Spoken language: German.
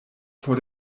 vor